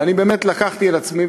ואני באמת לקחתי על עצמי,